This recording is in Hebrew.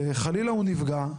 וחלילה הוא נפגע,